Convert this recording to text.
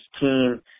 team